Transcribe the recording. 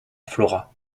flora